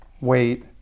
wait